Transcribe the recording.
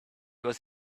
was